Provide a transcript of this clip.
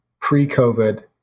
pre-COVID